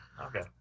Okay